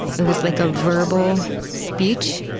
it was like a verbal speech.